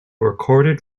recorded